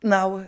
Now